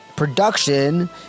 production